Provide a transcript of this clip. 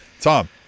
Tom